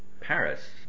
Paris